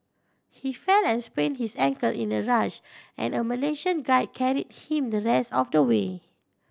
he fell and sprained his ankle in a rush and a Malaysian guide carried him the rest of the way